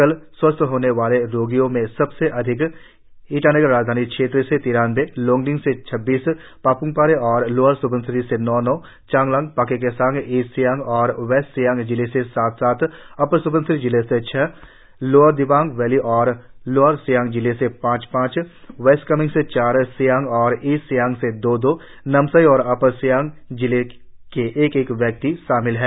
कल स्वस्थ होने वाले रोगियों में सबसे अधिक ईटानगर राजधानी क्षेत्र से तिरानबे लोंगडिंग से छब्बीस पाफ्मपारे और लोअर सुबनसिरी से नौ नौ चांगलांग पाक्के केसांग ईस्ट सियांग और वेस्ट सियांग जिले से सात सात अपर सुबनसिरी जिले से छह लोअर दिबांग वैली और लोअर सियांग जिले से पांच पांच वेस्ट कामेंग से चार सियांग और ईस्ट सियांग से दो दो नामसाई और अपर सियांग जिले के एक एक व्यक्ति शामिल है